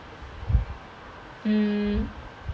mm